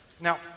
Now